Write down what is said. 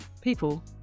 people